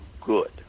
good